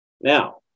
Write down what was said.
Now